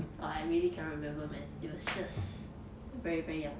I really cannot remember man it was just very very young